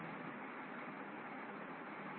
சொற்களஞ்சியம்